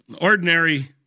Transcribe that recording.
Ordinary